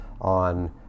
on